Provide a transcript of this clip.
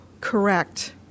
correct